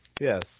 Yes